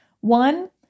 One